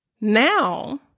now